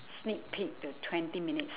sneak peek to twenty minutes